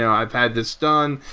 i've had this done.